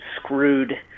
screwed